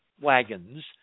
wagons